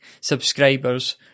subscribers